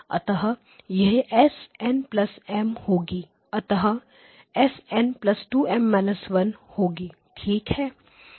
अतः यह S n M होगी अंततः S n2 M −1 होगी ठीक है